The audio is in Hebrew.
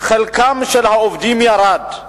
חלקם של העובדים ירד,